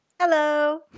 Hello